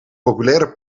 populaire